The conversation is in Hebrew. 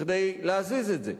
כדי להזיז את זה.